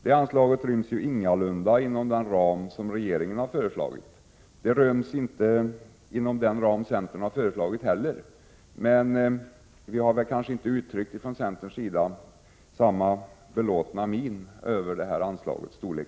Det anslaget ryms ingalunda inom den ram som regeringen har föreslagit. Det ryms inte inom den ram centern har föreslagit heller, men vi har från centerns sida inte uttryckt samma belåtenhet över anslagets storlek.